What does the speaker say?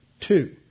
Two